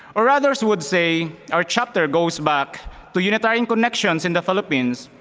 or others would say our chapter goes back to unitarian connections in the philippines.